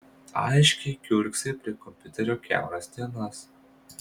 aiškiai kiurksai prie kompiuterio kiauras dienas